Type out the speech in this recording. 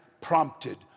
prompted